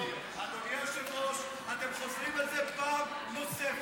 לא, אדוני היושב-ראש, אתם חוזרים על זה פעם נוספת.